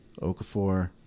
Okafor